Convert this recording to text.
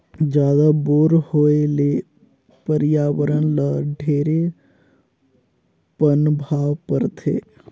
जादा बोर होए ले परियावरण ल ढेरे पनभाव परथे